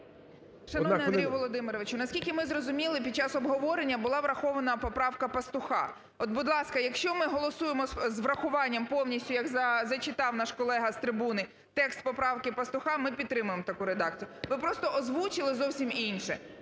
Шановний Андрію Володимировичу, наскільки ми зрозуміли, під час обговорення була врахована поправка Пастуха. От, будь ласка, якщо ми голосуємо з врахуванням повністю, як зачитав наш колега з трибуни, текст поправки Пастуха, ми підтримаємо таку редакцію. Ви просто озвучили зовсім інше.